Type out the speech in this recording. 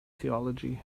theology